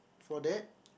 for that